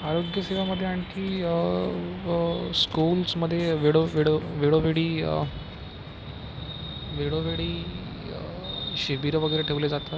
आरोग्यसेवामध्ये आणखी स्कूल्समध्ये वेळो वेळो वेळोवेळी वेळोवेळी शिबिरं वगैरे ठेवली जातात